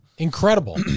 incredible